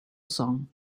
song